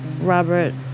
Robert